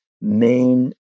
main